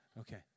Okay